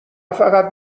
فقط